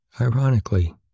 Ironically